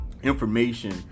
Information